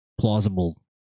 plausible